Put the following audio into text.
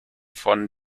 von